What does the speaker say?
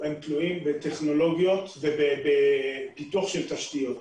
תלויות בטכנולוגיות ובפיתוח של תשתיות,